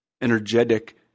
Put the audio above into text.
energetic